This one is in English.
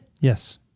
Yes